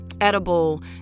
edible